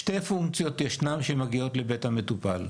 שתי פונקציות ישנן שמגיעות לבית המטופל.